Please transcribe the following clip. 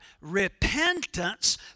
Repentance